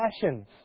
passions